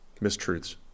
Mistruths